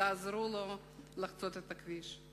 ותעזרו לו לחצות את הכביש,